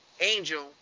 angel